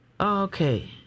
okay